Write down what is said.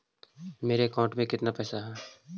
मेरे अकाउंट में केतना पैसा है?